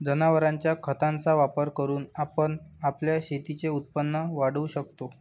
जनावरांच्या खताचा वापर करून आपण आपल्या शेतीचे उत्पन्न वाढवू शकतो